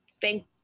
thank